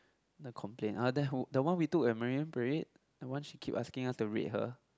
the complain ah then how the one we took at Marine Parade the one she keep us asking to rate her